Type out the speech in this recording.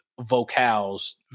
vocals